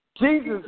Jesus